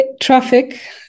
Traffic